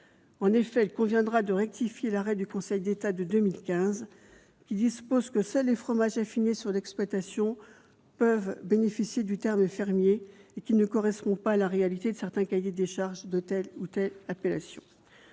En effet, il conviendrait de rectifier l'arrêt du Conseil d'État de 2015, qui dispose que seuls les fromages affinés sur l'exploitation peuvent bénéficier du terme « fermier », puisqu'il ne correspond pas à la réalité de certains cahiers des charges de telle ou telle appellation.